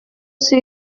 sur